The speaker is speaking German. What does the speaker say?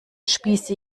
spieße